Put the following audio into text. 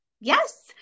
Yes